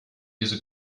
diese